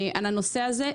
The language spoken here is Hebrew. על הנושא הזה.